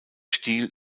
stil